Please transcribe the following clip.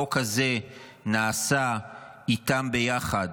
החוק הזה נעשה איתן ביחד,